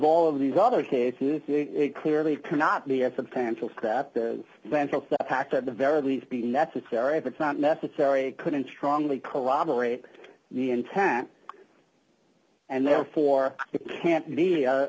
all of these other cases clearly cannot be a substantial step the fact that the very least be necessary if it's not necessary couldn't strongly corroborate the intent and therefore can't me